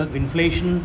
inflation